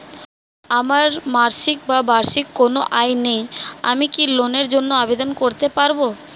আমার মাসিক বা বার্ষিক কোন আয় নেই আমি কি লোনের জন্য আবেদন করতে পারব?